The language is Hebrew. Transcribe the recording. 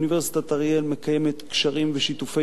שאוניברסיטת אריאל מקיימת קשרים ושיתופי